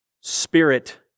spirit